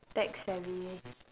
tech savvy